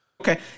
Okay